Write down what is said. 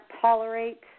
tolerate